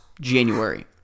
January